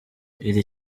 iri